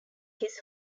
his